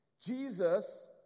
Jesus